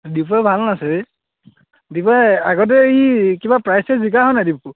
দিপুৱে ভাল নাছে বে দিপুৱে আগতে ই কিবা প্ৰাইজ জিকা হয়নে দিপু